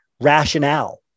rationale